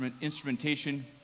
instrumentation